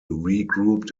regrouped